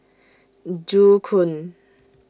Joo Koon